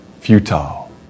futile